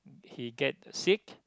he get sick